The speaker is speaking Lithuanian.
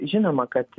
žinoma kad